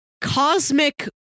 cosmic